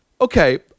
okay